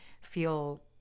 feel